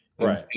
Right